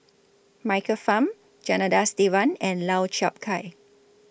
Michael Fam Janadas Devan and Lau Chiap Khai